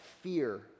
fear